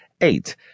eight